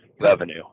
revenue